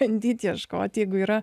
bandyti ieškoti jeigu yra